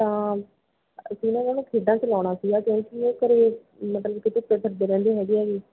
ਤਾਂ ਅਸੀਂ ਨਾ ਮੈਮ ਖੇਡਾਂ 'ਚ ਲਾਉਣਾ ਸੀਗਾ ਕਿਉਂਕਿ ਉਹ ਘਰ ਮਤਲਬ ਕਿ ਧੁੱਪੇ ਫਿਰਦੇ ਰਹਿੰਦੇ ਹੈਗੇ ਆ ਵੀ